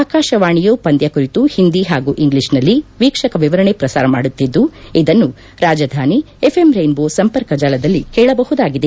ಆಕಾಶವಾಣಿಯು ಪಂದ್ಯ ಕುರಿತು ಹಿಂದಿ ಹಾಗೂ ಇಂಗ್ಲಿಷ್ನಲ್ಲಿ ವೀಕ್ಷಕ ವಿವರಣೆ ಪ್ರಸಾರ ಮಾಡುತ್ತಿದ್ದು ಇದನ್ನು ರಾಜಧಾನಿ ಎಫ್ಎಂ ರೈನ್ ದೋ ಸಂಪರ್ಕ ಜಾಲದಲ್ಲಿ ಕೇಳಬಹುದಾಗಿದೆ